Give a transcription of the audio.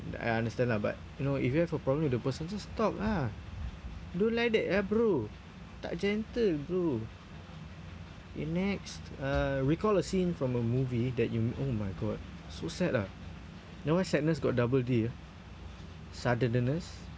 I understand lah but you know if you have a problem with the person just talk lah don't like that ah bro tak gentle bro okay next uh recall a scene from a movie that you oh my god so sad ah you know why sadness got double d ah saddedeness